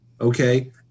Okay